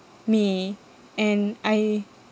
me and I